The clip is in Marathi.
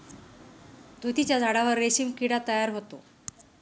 तुतीच्या झाडावर रेशीम किडा तयार होतो